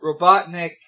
Robotnik